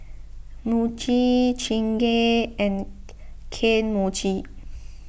Muji Chingay and Kane Mochi